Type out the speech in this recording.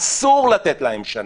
אסור לתת להם שנה,